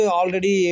already